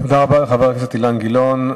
תודה רבה לחבר הכנסת אילן גילאון.